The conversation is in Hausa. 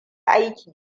aiki